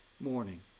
morning